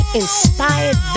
inspired